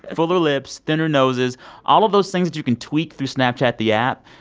fuller lips, thinner noses all of those things that you can tweak through snapchat the app,